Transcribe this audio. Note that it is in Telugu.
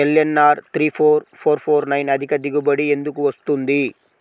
LNR three four four four nine అధిక దిగుబడి ఎందుకు వస్తుంది?